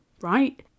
right